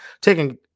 Taking